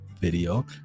video